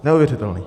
Neuvěřitelné!